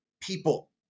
people